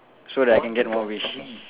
so that I can get more wish